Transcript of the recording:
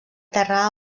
terra